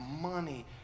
money